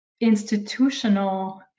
institutional